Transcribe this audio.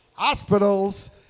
Hospitals